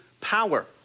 power